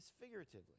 figuratively